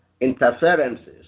Interferences